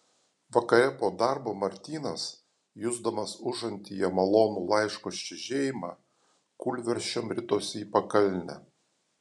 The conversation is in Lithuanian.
vakare po darbo martynas jusdamas užantyje malonų laiško čežėjimą kūlversčiom ritosi į pakalnę